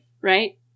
right